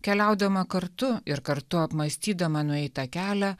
keliaudama kartu ir kartu apmąstydama nueitą kelią